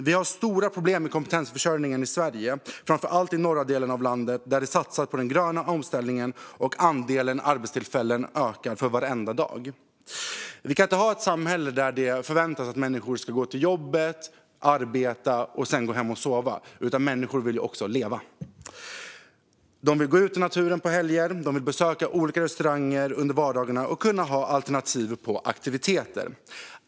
Vi har stora problem med kompetensförsörjningen i Sverige, framför allt i norra delen av landet där det satsas på den gröna omställningen och andelen arbetstillfällen ökar för varje dag. Vi kan inte ha ett samhälle där det förväntas att människor ska gå till jobbet, arbeta och sedan gå hem och sova. Människor vill också leva. De vill gå ut i naturen på helger, besöka olika restauranger under vardagarna och kunna ha alternativ på aktiviteter.